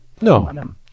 No